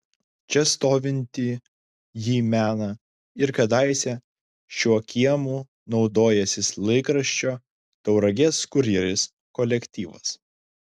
čia stovintį jį mena ir kadaise šiuo kiemu naudojęsis laikraščio tauragės kurjeris kolektyvas